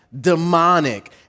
demonic